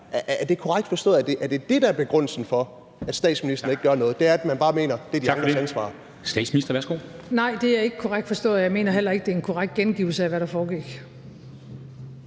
Er det korrekt forstået, at det er det, der er begrundelsen for, at statsministeren ikke gør noget – altså at man bare mener, at det er de andres ansvar?